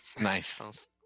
nice